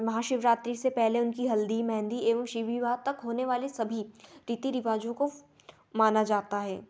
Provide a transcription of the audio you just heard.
महाशिवरात्रि से पहले उनकी हल्दी मेंहदी एवम शिव विवाह तक होने वाले सभी रीति रिवाजों को माना ज़ाता है